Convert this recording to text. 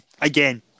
Again